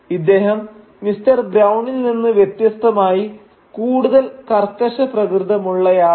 ഇദ്ദേഹം മിസ്റ്റർ ബ്രൌണിൽ നിന്ന് വ്യത്യസ്തമായി കൂടുതൽ കർക്കശ പ്രകൃതമുള്ളയാളായിരുന്നു